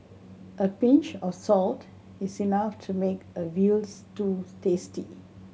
a pinch of salt is enough to make a veal stews tasty